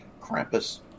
Krampus